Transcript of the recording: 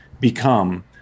become